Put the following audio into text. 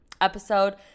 episode